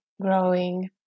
growing